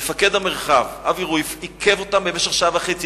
מפקד המרחב אבי רואיף עיכב אותם במשך שעה וחצי,